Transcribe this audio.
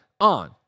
on